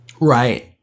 Right